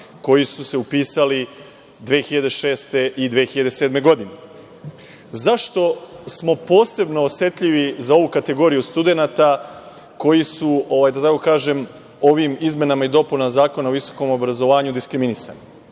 koji su se upisali 2006. i 2007. godine.Zašto smo posebno osetljivi za ovu kategoriju studenata kojim su ovim izmenama i dopunama Zakona o visokom obrazovanju diskriminisani?